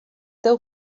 teu